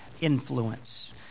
influence